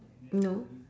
no